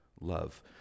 love